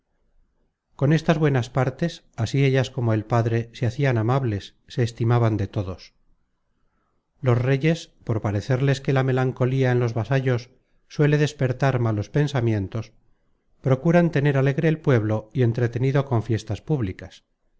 con estas buenas partes así ellas como el padre se hacian amables se estimaban de todos los reyes por parecerles que la melancolía en los vasallos suele despertar malos pensamientos procuran tener alegre el pueblo y entrenido con fiestas públicas